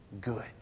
good